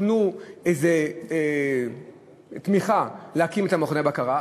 ייתנו איזו תמיכה כדי להקים את מכוני הבקרה,